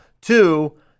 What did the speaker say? Two